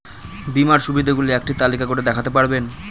বীমার সুবিধে গুলি একটি তালিকা করে দেখাতে পারবেন?